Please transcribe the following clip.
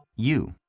you.